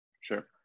sure